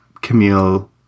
Camille